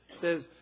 says